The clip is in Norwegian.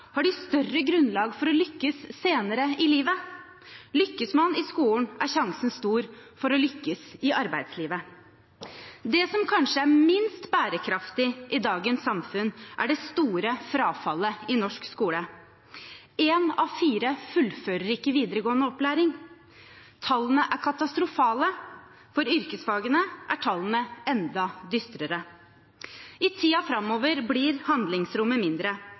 har de større grunnlag for å lykkes senere i livet. Lykkes man i skolen, er sjansen stor for å lykkes i arbeidslivet. Det som kanskje er minst bærekraftig i dagens samfunn, er det store frafallet i norsk skole. En av fire fullfører ikke videregående opplæring. Tallene er katastrofale; for yrkesfagene er tallene enda dystrere. I tiden framover blir handlingsrommet mindre.